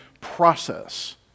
process